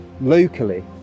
locally